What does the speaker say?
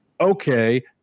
okay